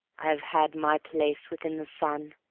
i've had my place within the sun.